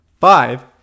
Five